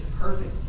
perfect